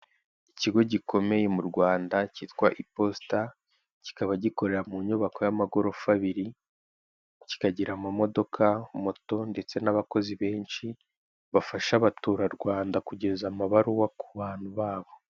Ikigo gikomeye mu Rwanda cyitwa Iposita, kikaba gikorera mu nyubako y'amagorofa abiri, kikagira amamodoka, moto ndetse n'abakozi benshi, bafasha Abaturarwanda kugeza amabaruwa ku bantu babo.